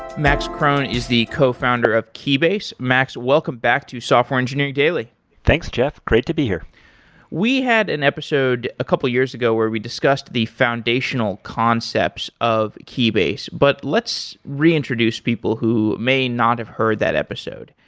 max krohn is the co-founder of keybase. max, welcome back to software engineering daily thanks, jeff. great to be here we had an episode a couple years ago where we discussed the foundational concepts of keybase. but let's reintroduce people who may not have heard that episode.